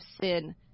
sin